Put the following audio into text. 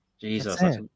Jesus